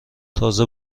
تازه